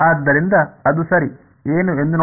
ಆದ್ದರಿಂದ ಅದು ಸರಿ ಏನು ಎಂದು ನೋಡೋಣ